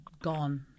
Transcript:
Gone